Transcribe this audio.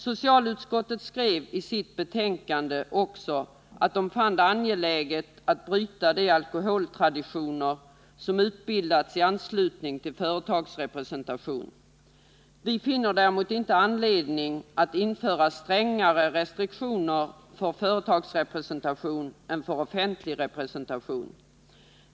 Socialutskottet skrev också i sitt betänkande att utskottet fann det angeläget att bryta de alkoholtraditioner som utbildats i anslutning till företagsrepresentation. Vi finner däremot inte anledning att införa strängare restriktioner för företagsrepresentation än för offentlig representation.